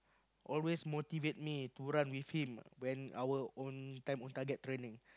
always motivate me to run with him when our own time own target training